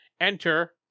enter